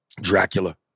Dracula